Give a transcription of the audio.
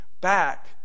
back